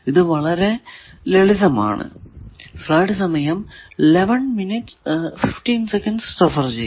ഇത് വളരെ ലളിതമാണ്